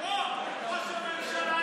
מפוצלת.